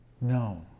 No